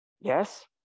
yes